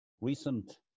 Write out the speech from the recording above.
recent